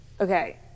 okay